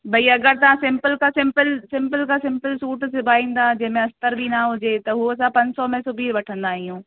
भई अगरि तव्हां सिंपल खां सिंपल सिंपल खां सिंपल सूट सिबाईंदा जंहिं में अस्तर बि न हुजे त हू असां पन में सिबी वठंदा आहियूं